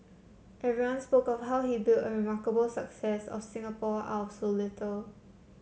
everyone spoke of how he built a remarkable success of Singapore out of so little